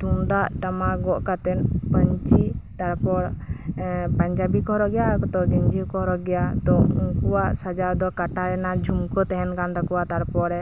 ᱛᱩᱢᱫᱟᱜ ᱴᱟᱢᱟᱠ ᱜᱚᱜ ᱠᱟᱛᱮ ᱯᱟᱧᱪᱤ ᱮᱸᱜ ᱛᱟᱨᱯᱚᱨ ᱯᱟᱧᱡᱟᱵᱤ ᱠᱚ ᱦᱚᱨᱚᱜᱽ ᱜᱮᱭᱟ ᱛᱚ ᱩᱱᱠᱩᱣᱟᱜ ᱥᱟᱡᱟᱣ ᱫᱚ ᱠᱟᱴᱟ ᱨᱮᱭᱟᱜ ᱡᱷᱩᱱᱠᱟᱹ ᱛᱟᱦᱮᱸᱱ ᱠᱟᱱ ᱛᱟᱠᱚᱣᱟ ᱛᱟᱨᱯᱚᱨᱮ